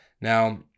now